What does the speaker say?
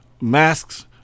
masks